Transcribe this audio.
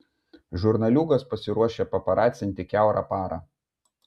žurnaliūgos pasiruošę paparacinti kiaurą parą